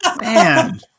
Man